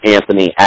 Anthony